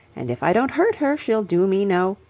and if i don't hurt her she'll do me no.